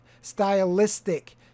stylistic